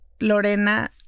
Lorena